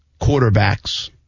quarterbacks